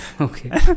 Okay